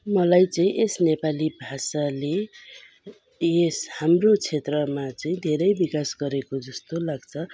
मलाई चाहिँ यस नेपाली भाषाले यस हाम्रो क्षेत्रमा चाहिँ धेरै विकास गरेको जस्तो लाग्छ